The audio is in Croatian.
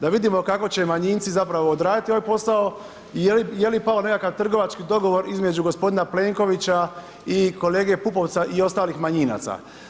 Da vidimo kako će manjinci zapravo odraditi ovaj posao i je li pao nekakav trgovački dogovor između gospodina Plenkovića i kolege Pupovca i ostalih manjinaca.